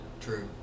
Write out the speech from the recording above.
True